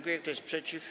Kto jest przeciw?